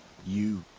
you.